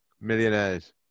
Millionaires